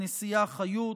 הנשיאה חיות,